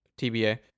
tba